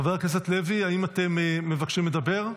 חבר הכנסת לוי, האם אתם מבקשים לדבר?